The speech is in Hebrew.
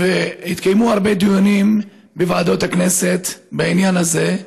והתקיימו הרבה דיונים בוועדות הכנסת בעניין הזה.